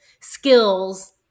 skills